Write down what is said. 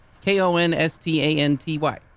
K-O-N-S-T-A-N-T-Y